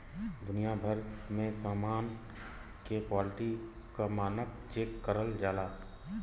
दुनिया भर में समान के क्वालिटी क मानक चेक करल जाला